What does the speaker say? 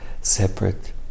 separate